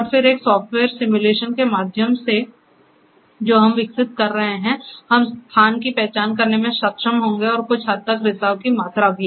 और फिर एक सॉफ्टवेयर सिमुलेशन के माध्यम से जो हम विकसित कर रहे हैं हम स्थान की पहचान करने में सक्षम होंगे और कुछ हद तक रिसाव की मात्रा भी